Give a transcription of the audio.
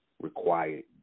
required